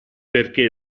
perché